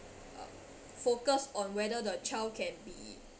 uh focused on whether the child can be